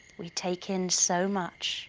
we take in so much